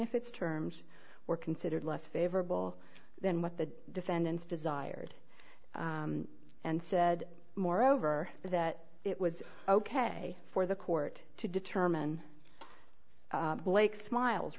if its terms were considered less favorable than what the defendants desired and said moreover that it was ok for the court to determine blake's smiles